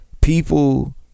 People